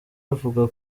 avuga